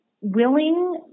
willing